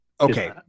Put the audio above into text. Okay